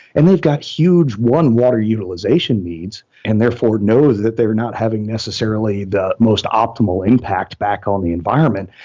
and they've got huge one water utilization needs, and therefore knows that they're not having necessarily the most optimal impact back on the environment,